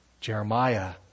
Jeremiah